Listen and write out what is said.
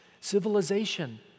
Civilization